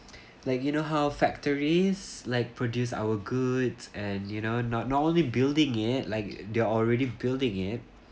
like you know how factories like produce our goods and you know not normally building it like they're already building it